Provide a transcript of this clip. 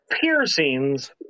piercings